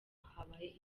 habaye